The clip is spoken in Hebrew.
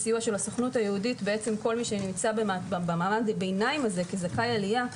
בסיוע של הסוכנות היהודית כל מי שנמצא במצב הביניים הזה כזכאי עלייה,